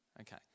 okay